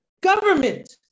government